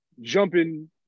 jumping